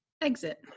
Exit